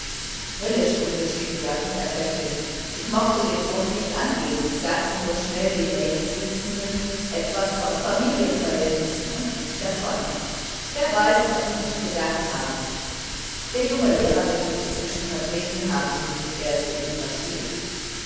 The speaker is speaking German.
höllisch ungeschickt sagte herr pfäffling ich mochte den grund nicht angeben ich sagte nur schnell den nächstsitzenden etwas von familienverhältnissen und lief davon wer weiß was sie sich gedacht haben der junge lehrer wird mich inzwischen vertreten haben so gut er es eben versteht